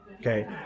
Okay